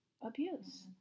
abuse